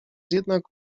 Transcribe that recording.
jednak